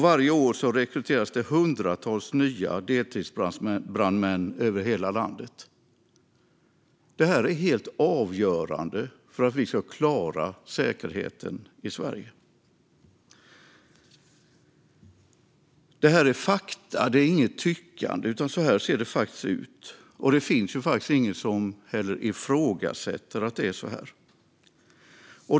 Varje år rekryteras det hundratals nya deltidsbrandmän över hela landet. Detta är helt avgörande för att vi ska klara säkerheten i Sverige. Detta är fakta. Det är inget tyckande. Så här ser det faktiskt ut. Och det finns faktiskt inte heller någon som ifrågasätter att det är så här.